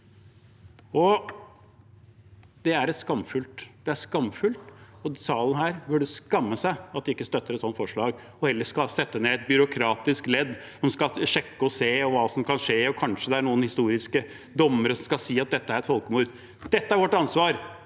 Dette er skamfullt. Denne salen burde skamme seg over ikke å støtte et slikt forslag og heller ville sette ned et byråkratisk ledd som skal sjekke og se hva som kan skje, kanskje er det noen historiske dommere som skal si at dette er et folkemord. Dette er vårt ansvar